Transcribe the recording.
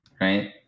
right